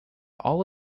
all